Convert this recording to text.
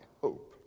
hope